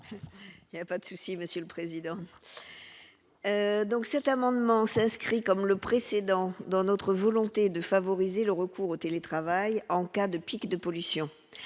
Pardon. Pas de souci, monsieur le Président, donc, cet amendement, s'inscrit comme le précédent dans notre volonté de favoriser le recours au télétravail en cas de pic de pollution